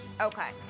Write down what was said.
Okay